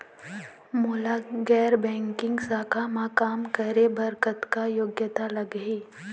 मोला गैर बैंकिंग शाखा मा काम करे बर कतक योग्यता लगही?